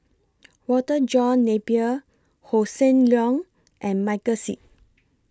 Walter John Napier Hossan Leong and Michael Seet